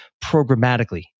programmatically